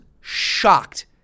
shocked